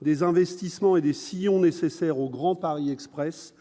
des investissements et décisions nécessaires au Grand Paris Express